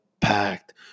packed